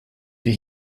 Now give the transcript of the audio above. die